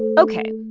ok.